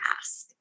ask